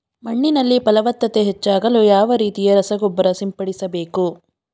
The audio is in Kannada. ಮಣ್ಣಿನಲ್ಲಿ ಫಲವತ್ತತೆ ಹೆಚ್ಚಾಗಲು ಯಾವ ರೀತಿಯ ರಸಗೊಬ್ಬರ ಸಿಂಪಡಿಸಬೇಕು?